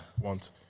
want